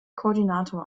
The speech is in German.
koordinator